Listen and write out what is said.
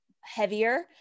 heavier